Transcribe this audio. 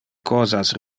cosas